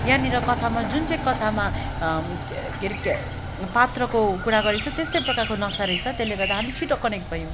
यहाँनिर कथामा जुन चाहिँ कथामा के हरे पात्रको कुरा गरेको छ त्यस्तै प्रकारको नक्सा रहेछ त्यसले गर्दा हामी छिटो कनेक्ट भयौँ